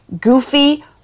Goofy